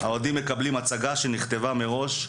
האוהדים מקבלים הצגה שנכתבה מראש.